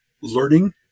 learning